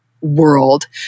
world